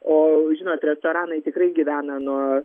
o žinot restoranai tikrai gyvena nuo